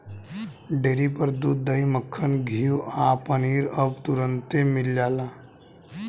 dairy पर दूध, दही, मक्खन, घीव आ पनीर अब तुरंतले मिल जाता